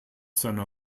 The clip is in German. seiner